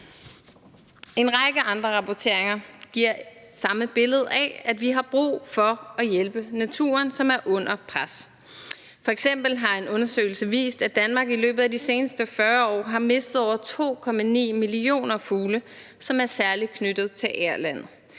En række andre rapporteringer giver samme billede af, at vi har brug for at hjælpe naturen, som er under pres. F.eks. har en undersøgelse vist, at Danmark i løbet af de seneste 40 år har mistet over 2,9 millioner fugle, som er særlig knyttet til agerlandet.